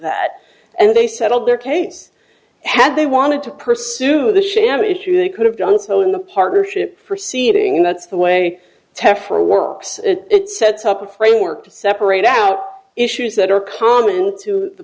that and they settled their case had they wanted to pursue the sham issue they could have done so in the partnership for seating and that's the way test for works it sets up a framework to separate out issues that are common to the